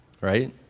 right